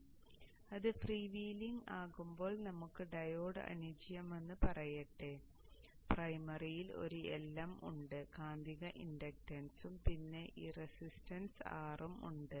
ഇപ്പോൾ അത് free wheeling ആകുമ്പോൾ നമുക്ക് ഡയോഡ് അനുയോജ്യമാണെന്ന് പറയട്ടെ പ്രൈമറിയിൽ ഒരു Lm ഉണ്ട് കാന്തിക ഇൻഡക്ടൻസും പിന്നെ ഈ റെസിസ്റ്റൻസ് R ഉം ഉണ്ട്